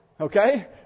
Okay